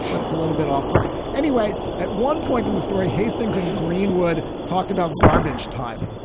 but it's a little bit off point anyway. at one point in the story, hastings and greenwood talked about garbage time.